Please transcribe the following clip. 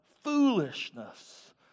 foolishness